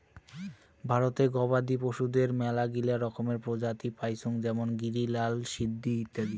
ভারতে গবাদি পশুদের মেলাগিলা রকমের প্রজাতি পাইচুঙ যেমন গিরি, লাল সিন্ধি ইত্যাদি